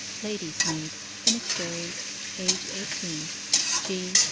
lady's-maid. inexperienced. age eighteen g,